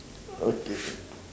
okay